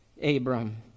abram